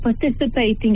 participating